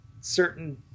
certain